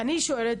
אני שואלת: